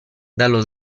dallo